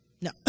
No